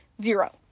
zero